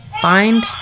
find